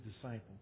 disciples